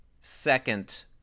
second